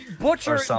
butcher